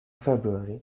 february